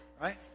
right